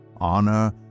Honor